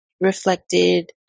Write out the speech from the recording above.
reflected